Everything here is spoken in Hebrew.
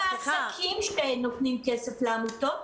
גם העסקים שהיו נותנים כסף לעמותות,